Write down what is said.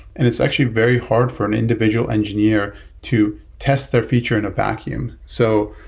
and it's actually very hard for an individual engineer to test their feature in a vacuum. so,